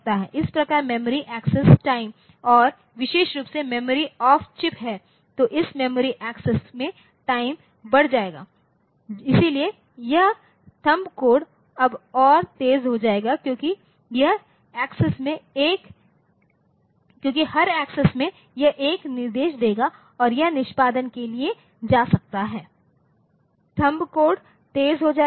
इस प्रकार memory access time और विशेष रूप से मेमोरी ऑफ चिप है तो इस मेमोरी एक्सेस में टाइम बढ़ जाएगा इसलिए यह थंब कोड अब और तेज़ हो जाएगा क्योंकि हर एक्सेस में यह एक निर्देश देगा और यह निष्पादन के लिए जा सकता है थंब कोड तेज हो जाएगा